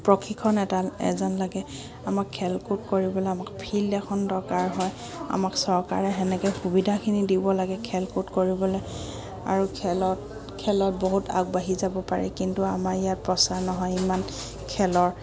প্ৰশিক্ষণ এটা এজন লাগে আমাক খেল কুদ কৰিবলৈ আমাক ফিল্ড এখন দৰকাৰ হয় আমাক চৰকাৰে তেনেকৈ সুবিধাখিনি দিব লাগে খেল কুদ কৰিবলৈ আৰু খেলত খেলত বহুত আগবাঢ়ি যাব পাৰি কিন্তু আমাৰ ইয়াত প্ৰচাৰ নহয় ইমান খেলৰ